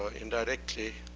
ah indirectly